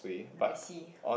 I see